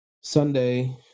Sunday –